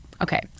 okay